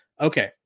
Okay